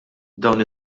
dawn